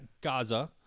Gaza